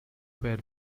where